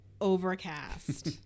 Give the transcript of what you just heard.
Overcast